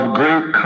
great